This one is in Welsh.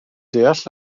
deall